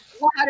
water